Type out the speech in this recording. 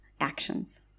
actions